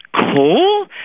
cool